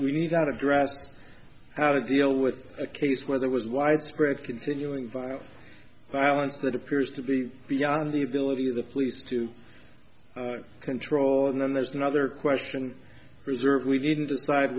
we need out address how to deal with a case where there was widespread continuing violence violence that appears to be beyond the ability of the police to control and then there's another question reserved we didn't decide